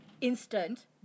Instant